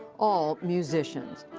all musicians.